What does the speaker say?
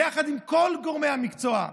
יחד עם כל גורמי המקצוע,